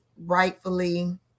rightfully